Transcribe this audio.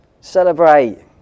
Celebrate